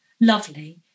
lovely